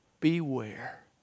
Beware